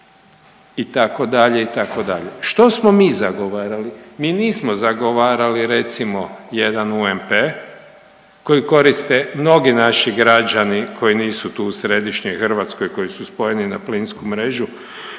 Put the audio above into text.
proizvodnju itd., itd.. Što smo mi zagovarali, mi nismo zagovarali recimo jedan UNP koji koriste mnogi naši građani koji nisu tu u središnjoj Hrvatskoj, koji su spojeni na plinsku mrežu